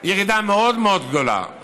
ירידה מאוד מאוד גדולה.